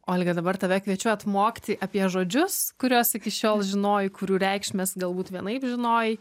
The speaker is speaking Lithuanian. olga dabar tave kviečiu atmokti apie žodžius kuriuos iki šiol žinojai kurių reikšmes galbūt vienaip žinojai